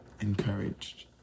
encouraged